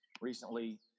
recently